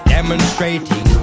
Demonstrating